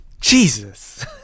Jesus